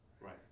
right